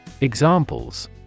Examples